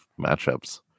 matchups